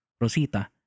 Rosita